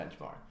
benchmark